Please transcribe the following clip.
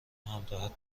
همراهت